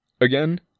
Again